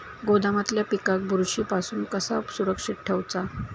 गोदामातल्या पिकाक बुरशी पासून कसा सुरक्षित ठेऊचा?